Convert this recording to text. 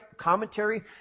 commentary